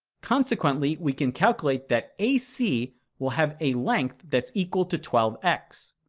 consequently, we can calculate that ac will have a length that's equal to twelve x.